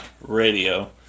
Radio